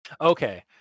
Okay